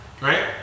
right